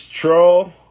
Troll